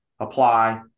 apply